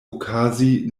okazi